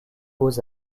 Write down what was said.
beaux